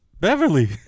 Beverly